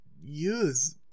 use